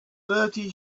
thirty